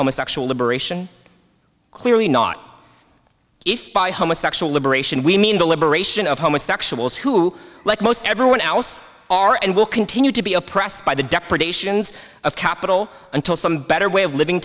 homosexuals liberation clearly not if by homosexuals liberation we mean the liberation of homosexuals who like most everyone else are and will continue to be oppressed by the depredations of capital until some better way of living